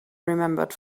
remembered